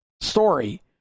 story